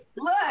Look